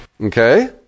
Okay